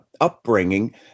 upbringing